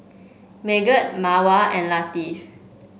Megat Mawar and Latif